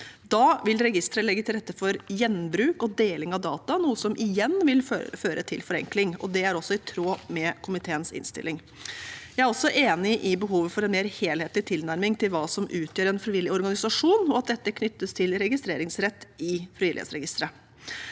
Da vil registeret legge til rette for gjenbruk og deling av data, noe som igjen vil føre til forenkling. Det er også i tråd med komiteens innstilling. Jeg er også enig i behovet for en mer helhetlig tilnærming til hva som utgjør en frivillig organisasjon, og at dette knyttes til registreringsrett i Frivillighetsregisteret.